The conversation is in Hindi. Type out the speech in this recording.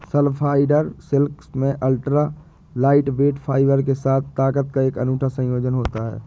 स्पाइडर सिल्क में अल्ट्रा लाइटवेट फाइबर के साथ ताकत का एक अनूठा संयोजन होता है